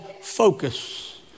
focus